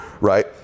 Right